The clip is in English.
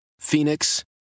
Phoenix